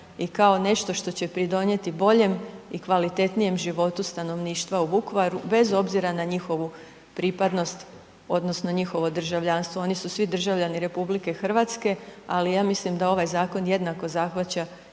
i kao nešto što će pridonijeti boljem i kvalitetnijem životu stanovništva u Vukovaru bez obzira na njihovu pripadnost odnosno njihovo državljanstvo. Oni su svi državljani RH, ali ja mislim da ovaj zakon jednako zahvaća